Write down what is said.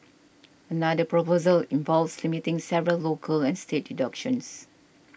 another proposal involves limiting several local and state deductions